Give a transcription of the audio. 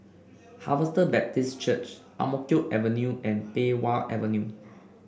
Harvester Baptist Church Ang Mo Kio Avenue and Pei Wah Avenue